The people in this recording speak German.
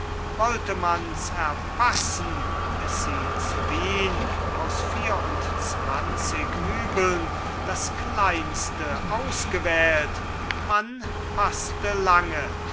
wollte mans erpassen bis sie zu wien aus vierundzwanzig übeln das kleinste ausgewählt man paßte lange